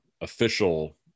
official